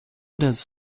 does